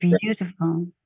beautiful